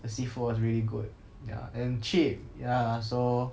the seafood was really good ya and cheap ya so